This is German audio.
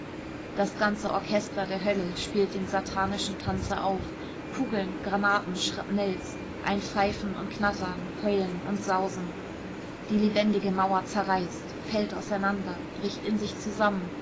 das ganze orchester der hölle spielt dem satanischen tanze auf kugeln granaten schrapnells ein pfeifen und knattern heulen und sausen die lebendige mauer zerreißt fällt auseinander bricht in sich zusammen